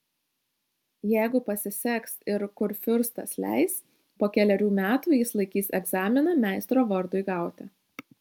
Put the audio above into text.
jeigu pasiseks ir kurfiurstas leis po kelerių metų jis laikys egzaminą meistro vardui gauti